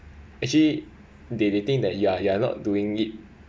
actually they they think that you are you are not doing it